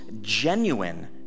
genuine